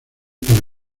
para